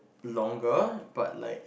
longer but like